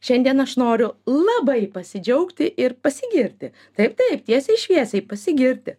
šiandien aš noriu labai pasidžiaugti ir pasigirti taip taip tiesiai šviesiai pasigirti